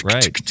Right